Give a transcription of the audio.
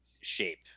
shape